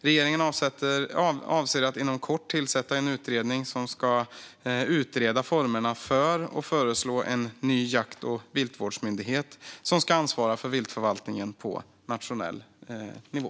Regeringen avser att inom kort tillsätta en utredning som ska utreda formerna för och föreslå en ny jakt och viltvårdsmyndighet som ska ansvara för viltförvaltningen på nationell nivå.